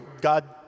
God